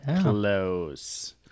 close